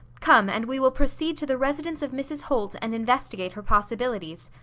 come and we will proceed to the residence of mrs. holt and investigate her possibilities.